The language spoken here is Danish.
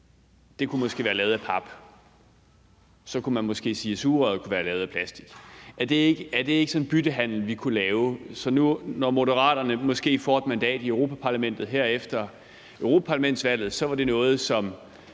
Det kunne måske være lavet af pap, og så kunne man måske sige, at sugerøret kunne være lavet af plastik. Er det ikke sådan en byttehandel, vi kunne lave, sådan at det, når Moderaterne nu måske får et mandat i Europa-Parlamentet her efter europaparlamentsvalget, så var noget, som